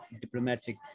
diplomatic